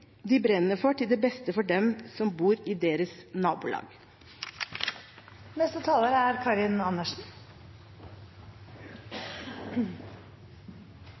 de brenner for, til det beste for dem som bor i deres nabolag. Jeg må følge litt opp saken om ungdomsråd. Jeg er